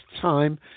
time